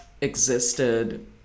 existed